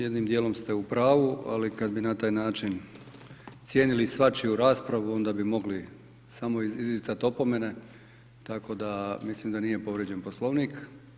Jednim dijelom ste u pravu, ali kada bi na taj način cijenili svačiju raspravu onda bi mogli samo izricati opomene, tako da mislim da nije povrijeđen Poslovnik.